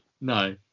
No